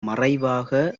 மறைவாக